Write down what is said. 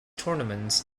tournaments